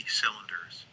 cylinders